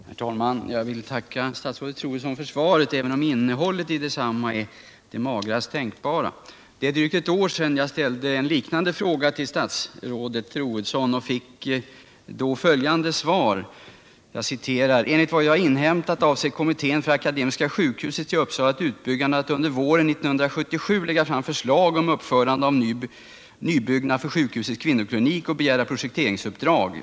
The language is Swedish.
Herr talman! Jag vill tacka statsrådet Troedsson för svaret, även om innehållet i detsamma är det magraste tänkbara. Det är drygt ett år sedan som jag ställde en liknande fråga till statsrådet Troedsson och fick följande svar: ”Enligt vad jag har inhämtat avser kommittén för Akademiska sjukhusets i Uppsala utbyggande att under våren 1977 lägga fram förslag om uppförande av en nybyggnad för sjukhusets kvinnoklinik och begära projekteringsuppdrag.